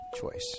choice